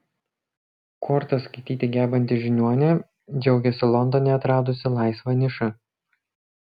kortas skaityti gebanti žiniuonė džiaugiasi londone atradusi laisvą nišą